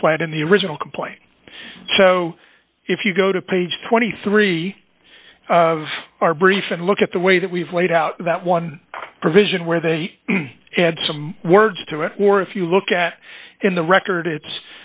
plaintiff played in the original complaint so if you go to page twenty three of our brief and look at the way that we've laid out that one provision where they add some words to it or if you look at in the record it's